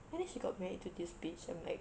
and then he got married to this bitch I'm like